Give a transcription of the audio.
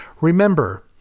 Remember